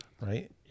right